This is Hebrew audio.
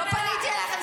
אני לא פניתי אלייך.